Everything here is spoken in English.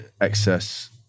excess